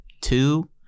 two